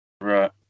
Right